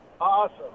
Awesome